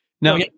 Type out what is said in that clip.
Now